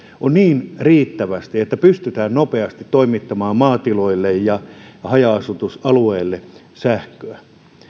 on niin riittävästi että pystytään nopeasti toimittamaan maatiloille ja haja asutusalueille sähköä